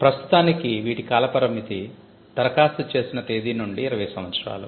ప్రస్తుతానికి వీటి కాల పరిమితి ధరఖాస్తు చేసిన తేదీ నుండీ 20 సంవత్సరాలు